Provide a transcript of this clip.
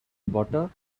butter